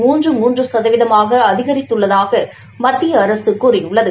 மூன்று மூன்று சதவீதமாக அதிகரித்துள்ளதாக மத்திய அரசு கூறியுள்ளது